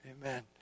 amen